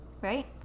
Right